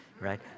right